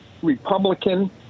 Republican